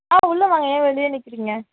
ஆ உள்ளே வாங்க ஏன் வெளியே நிற்கிறிங்க